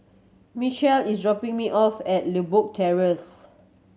Mechelle is dropping me off at Limbok Terrace